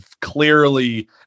clearly